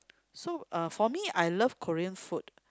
so uh for me I love Korean food